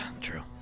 true